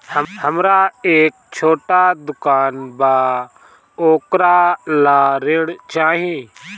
हमरा एक छोटा दुकान बा वोकरा ला ऋण चाही?